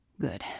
Good